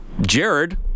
Jared